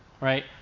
right